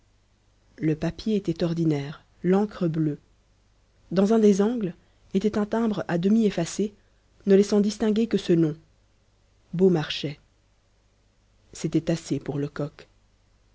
le papier était ordinaire l'encre bleue dans un des angles était un timbre à demi effacé ne laissant distinguer que ce nom beaumarchais c'était assez pour lecoq